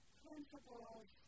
principles